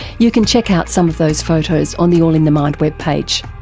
you can check out some of those photos on the all in the mind webpage.